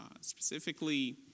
specifically